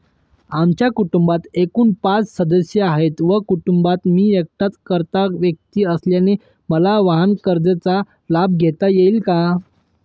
आमच्या कुटुंबात एकूण पाच सदस्य आहेत व कुटुंबात मी एकटाच कर्ता व्यक्ती असल्याने मला वाहनकर्जाचा लाभ घेता येईल का?